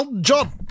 John